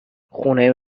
خونه